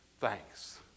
thanks